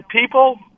people